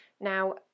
Now